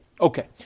Okay